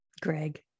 Greg